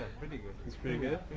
pretty good he's pretty good?